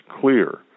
clear